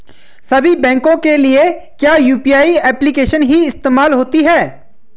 सभी बैंकों के लिए क्या यू.पी.आई एप्लिकेशन ही इस्तेमाल होती है?